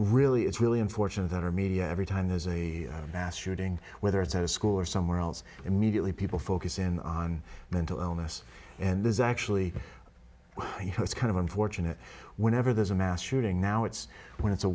really it's really unfortunate that our media every time there's a mass shooting whether it's at a school or somewhere else immediately people focus in on mental illness and there's actually you know it's kind of unfortunate whenever there's a mass shooting now it's when it's a